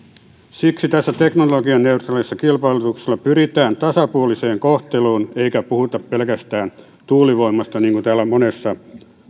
siksi tällä teknologianeutraalilla kilpailutuksella pyritään tasapuoliseen kohteluun eikä puhuta pelkästään tuulivoimasta niin kuin täällä monessa puheenvuorossa